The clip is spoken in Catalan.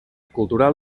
cultural